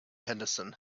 henderson